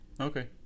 okay